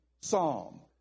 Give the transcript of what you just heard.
psalm